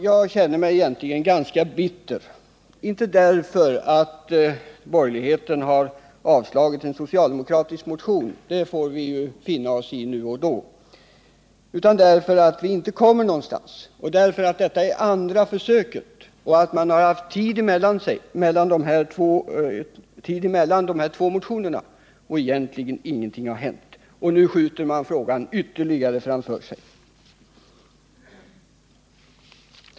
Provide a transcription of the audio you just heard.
Jag känner mig egentligen ganska bitter, inte därför att borgerligheten har avstyrkt en socialdemokratisk motion — det får vi ju finna oss i då och då — utan därför att vi inte kommer någonstans. Detta är ju det andra försöket, och det har varit gott om tid mellan de två motionerna. Men trots det har ingenting hänt. Nu skjuter man frågan ytterligare framför sig.